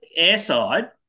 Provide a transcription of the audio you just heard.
airside